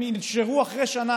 הם ינשרו אחרי שנה,